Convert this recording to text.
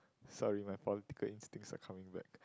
sorry my political instincts are coming back